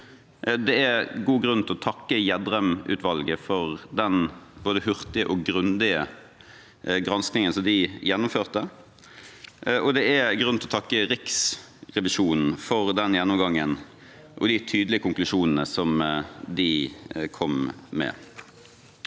Det er god grunn til å takke Gjedrem-utvalget for den både hurtige og grundige granskingen de gjennomførte, og det er grunn til å takke Riksrevisjonen for den gjennomgangen og de tydelige konklusjonene de kom med.